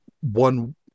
one